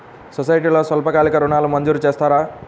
సొసైటీలో స్వల్పకాలిక ఋణాలు మంజూరు చేస్తారా?